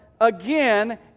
again